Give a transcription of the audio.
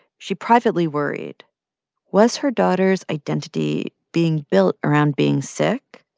she privately worried was her daughter's identity being built around being sick?